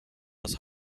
das